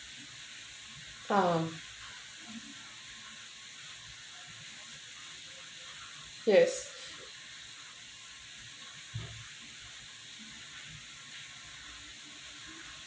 uh yes